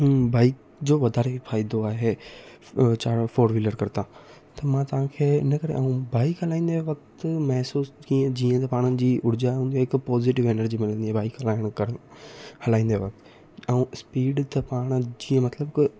bike जो वाधारे फ़ाइदो आहे चारि फोर व्हीलर करता त मां तव्हांखे इन करे ऐं बाइक हलाईंदे वक़्तु महिसूसु कीअं जीअं त पाण जी ऊर्जा हूंदी आहे हिकु पॉजिटिव एनर्जी मिलंदी आहे बाइक हलाइणु करणु हलाईंदे वक़्तु ऐं स्पीड त पाण जीअं मतिलबु